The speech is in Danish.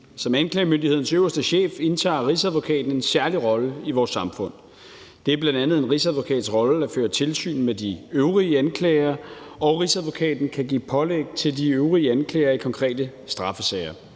Som anklagemyndighedens øverste chef indtager Rigsadvokaten en særlig rolle i vores samfund. Det er bl.a. en Rigsadvokats rolle at føre tilsyn med de øvrige anklagere, og Rigsadvokaten kan give pålæg til de øvrige anklagere i konkrete straffesager.